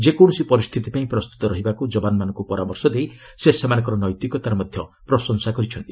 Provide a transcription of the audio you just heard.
ଯେକୌଣସି ପରିସ୍ଥିତି ପାଇଁ ପ୍ରସ୍ତୁତ ରହିବାକୁ ଜବାନମାନଙ୍କୁ ପରାମର୍ଶ ଦେଇ ସେ ସେମାନଙ୍କର ନୈତିକତାର ମଧ୍ୟ ପ୍ରଶଂସା କରିଛନ୍ତି